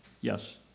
yes